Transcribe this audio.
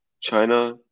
China